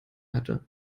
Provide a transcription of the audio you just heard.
hatte